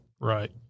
Right